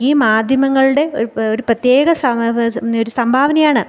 ഈ മാധ്യമങ്ങളുടെ ഒരു ഒരു പ്രത്യേക ഒരു സംഭാവനയാണ്